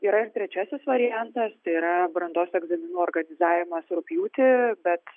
yra trečiasis variantas tai yra brandos egzaminų organizavimas rugpjūtį bet